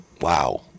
Wow